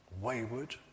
wayward